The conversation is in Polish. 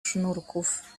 sznurków